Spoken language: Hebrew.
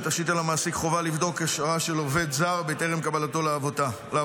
שתשית על המעסיק חובה לבדוק אשרה של עובד זר בטרם קבלתו לעבודה.